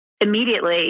Immediately